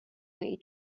way